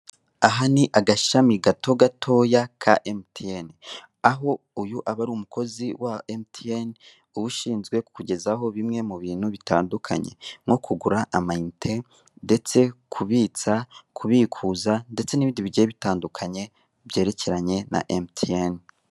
Aha ni agashami gato gatoya ka mtn, aho uyu aba ari umukozi wa mtn uba ushinzwe kukugezaho bimwe mu bintu bitandukanye: nko kugura ama inite, ndetse kubitsa, kubikuza ndetse n'ibindi bigiye bitandukanye byerekeranye na mtn.